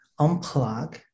Unplug